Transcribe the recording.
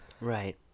Right